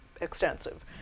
extensive